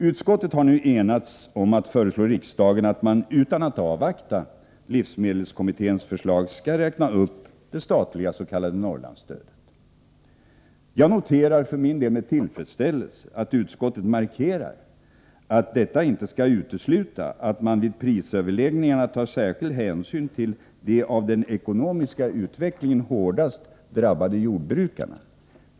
Utskottet har nu enats om att föreslå riksdagen att man, utan att avvakta livsmedelskommitténs förslag, skall räkna upp det statliga s.k. Norrlandsstödet. Jag noterar med tillfredsställelse att utskottet markerar att detta inte skall utesluta att man vid prisöverläggningarna tar särskild hänsyn till de av den ekonomiska utvecklingen hårdast drabbade jordbrukarna.